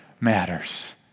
matters